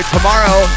tomorrow